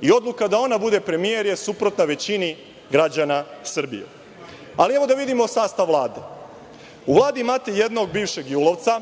i odluka da ona bude premijer je suprotna većini građana Srbije. Da vidimo sastav Vlade. U Vladi imate jednog bivšeg „julovca“,